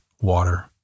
water